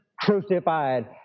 crucified